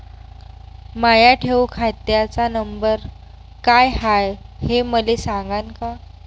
माया ठेव खात्याचा नंबर काय हाय हे मले सांगान का?